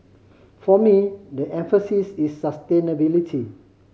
for me the emphasis is sustainability